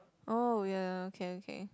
oh ya okay okay